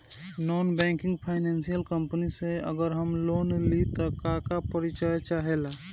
Non banking financial company से अगर हम लोन लि त का का परिचय चाहे ला?